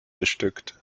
bestückt